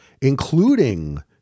including